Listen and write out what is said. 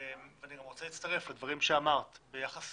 אני גם רוצה להצטרף לדברים שאמרת ביחס